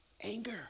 Anger